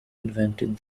invented